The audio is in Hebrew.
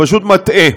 פשוט מטעה,